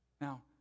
Now